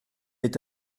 est